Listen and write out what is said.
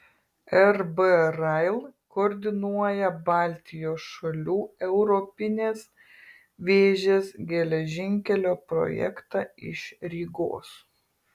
rb rail koordinuoja baltijos šalių europinės vėžės geležinkelio projektą iš rygos